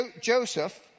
Joseph